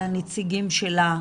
על נציגיה.